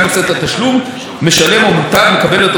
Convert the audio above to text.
"משלם", ו"מוטב" מקבל התשלום בעסקה, לפי העניין.